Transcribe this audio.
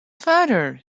father